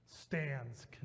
stands